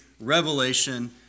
revelation